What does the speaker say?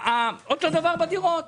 אותו דבר בדירות.